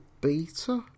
beta